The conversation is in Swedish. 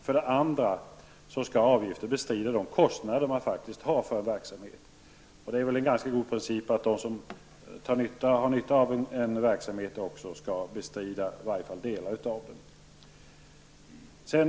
För det andra skall avgifter bestrida de kostnader man faktiskt har för en verksamhet. Det är väl en ganska god princip att de som har nytta av en verksamhet också skall bestrida i varje fall delar av kostnaden.